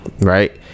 right